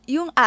Yung